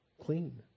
clean